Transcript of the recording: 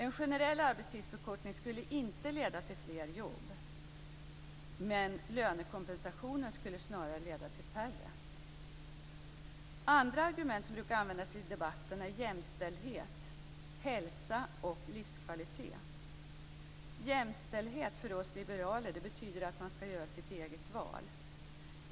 En generell arbetstidsförkortning skulle inte leda till fler jobb - men lönekompensationen skulle snarare leda till färre. Andra argument som brukar användas i debatten är jämställdhet, hälsa och livskvalitet. Jämställdhet betyder för oss liberaler att man skall få göra sitt eget val.